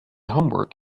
homework